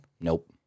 nope